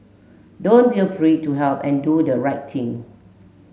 don't be afraid to help and do the right thing